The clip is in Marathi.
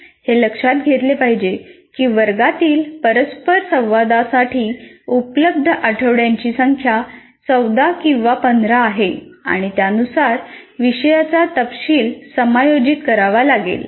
हे लक्षात घेतले पाहिजे की वर्गातील परस्पर संवादांसाठी उपलब्ध आठवड्यांची संख्या 14 किंवा 15 आहे आणि त्यानुसार विषयाचा तपशील समायोजित करावा लागेल